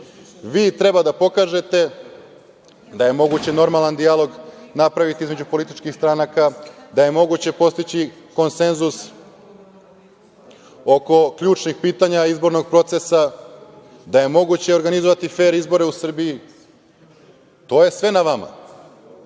vi treba da pokažete da je moguće normalan dijalog napraviti između političkih stranaka, da je moguće postići konsenzus oko ključnih pitanja izbornog procesa, da je moguće organizovati fer izbore u Srbiji. To je sve na vama.